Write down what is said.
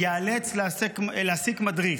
ייאלץ להעסיק מדריך.